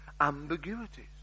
ambiguities